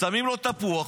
שמים לו תפוח,